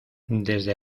desde